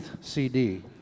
CD